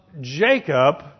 Jacob